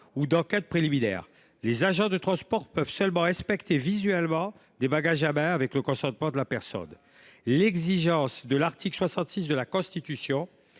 ou d’enquête préliminaire. Les agents de transport peuvent seulement inspecter visuellement des bagages à main avec le consentement de la personne. L’exigence de l’article 66 de la Constitution